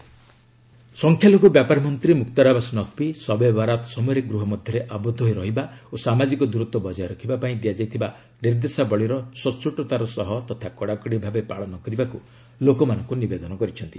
minority affairs minister ସଂଖ୍ୟାଲଘୁ ବ୍ୟାପାର ମନ୍ତ୍ରୀ ମୁକ୍ତାର ଆବାସ ନକବୀ 'ଶବେ ବାରାତ୍' ସମୟରେ ଗୃହ ମଧ୍ୟରେ ଆବଦ୍ଧ ହୋଇ ରହିବା ଓ ସାମାଜିକ ଦୂରତ୍ୱ ବଜାୟ ରଖିବା ପାଇଁ ଦିଆଯାଇଥିବା ନିର୍ଦ୍ଦେଶାବଳୀର ସଚ୍ଚୋଟତାର ସହ ତଥା କଡ଼ାକଡ଼ି ଭାବେ ପାଳନ କରିବାକୁ ଲୋକମାନଙ୍କୁ ନିବେଦନ କରିଛନ୍ତି